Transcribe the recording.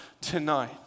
tonight